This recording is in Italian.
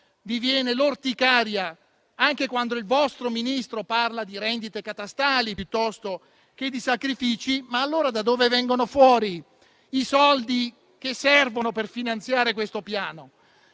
Vi viene l'orticaria anche quando il vostro Ministro parla di rendite catastali o di sacrifici. Ma allora da dove vengono fuori i soldi che servono per finanziare questo piano?